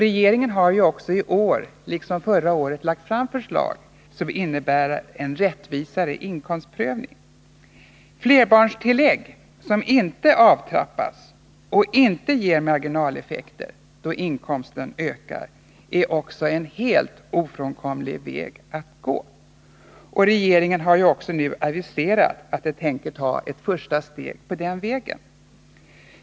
Regeringen har också i år liksom förra året lagt fram förslag som innebär rättvisare inkomstprövning. Flerbarnstillägg som inte avtrappas och inte ger marginaleffekter då inkomsten ökar är också en helt ofrånkomlig väg att gå. Regeringen har nu också aviserat att den tänker ta ett första steg på den vägen.